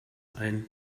ein